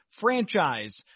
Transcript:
franchise